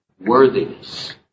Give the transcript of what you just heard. worthiness